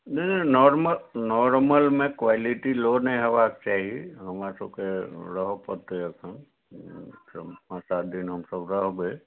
नहि नोर्मल नोर्मलमे quality low नहि होयबाके चाही हमरा सबके रहऽ पड़तै अखन पाँच सात दिन हम सब रहबै